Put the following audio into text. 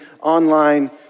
online